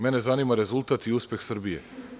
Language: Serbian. Mene zanima rezultat i uspeh Srbije.